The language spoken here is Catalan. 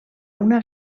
una